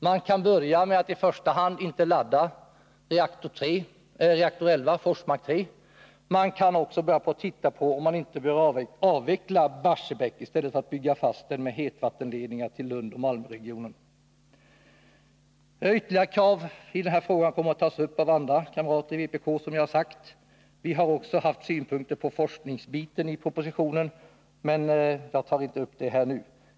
Man kan börja med att i första hand inte ladda reaktor 11, Forsmark 3. Man kan också börja se på om man inte bör avveckla Barsebäck i stället för att bygga fast den genom en hetvattenledning till Malmö-Lund-regionen. Ytterligare krav i den här frågan kommer att tas upp av kamrater i vpk. Vi har också haft synpunkter på avsnittet om forskning i propositionen, men jag tar inte upp det nu.